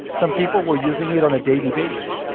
some people were using it on a daily basis.